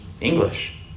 English